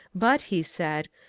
but, he said,